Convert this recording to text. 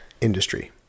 industry